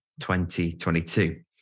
2022